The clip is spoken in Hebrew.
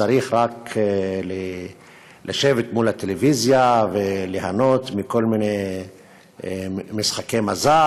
צריך רק לשבת מול הטלוויזיה וליהנות מכל מיני משחקי מזל,